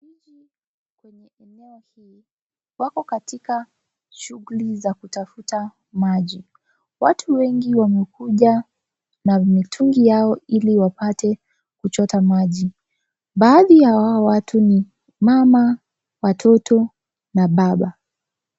Wako katika shughuli za kutafuta maji. Watu wengi wamekuja na mitungi yao ili wapate kuchota maji. Baadhi ya hao watu ni mama, watoto na baba.